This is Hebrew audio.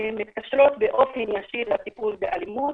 שמתקשרות ישירות לטיפול באלימות: